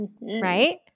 Right